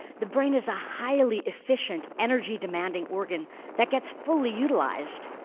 the brain is a highly efficient, energy-demanding organ that gets fully utilized.